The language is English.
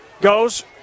goes